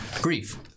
grief